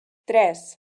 tres